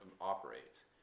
operates